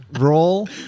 Roll